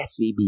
SVB